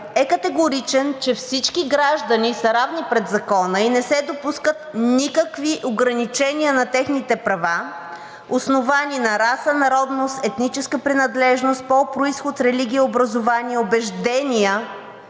е категоричен, че всички граждани са равни пред закона и не се допускат никакви ограничения на техните права, основани на раса, народност, етническа принадлежност, пол, произход, религия, образование, убеждения,